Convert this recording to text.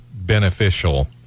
beneficial